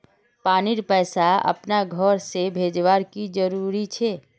पानीर पैसा अपना घोर से भेजवार की उपाय छे?